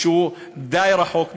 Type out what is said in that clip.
שהוא די רחוק ממנו,